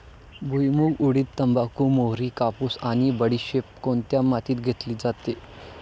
भुईमूग, उडीद, तंबाखू, मोहरी, कापूस आणि बडीशेप कोणत्या मातीत घेतली जाते?